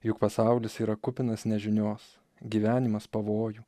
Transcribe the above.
juk pasaulis yra kupinas nežinios gyvenimas pavojų